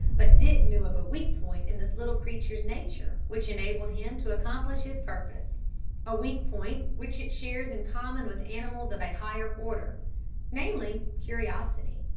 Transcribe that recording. but dick knew of a weak point in this little creature's nature which enabled him to accomplish his purpose a weak point which it shares in common with animals of a higher order namely, curiosity.